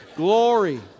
Glory